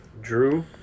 Drew